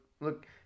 look